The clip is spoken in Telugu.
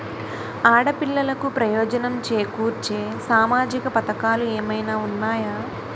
ఆడపిల్లలకు ప్రయోజనం చేకూర్చే సామాజిక పథకాలు ఏమైనా ఉన్నాయా?